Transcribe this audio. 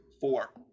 Four